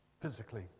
physically